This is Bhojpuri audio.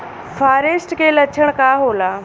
फारेस्ट के लक्षण का होला?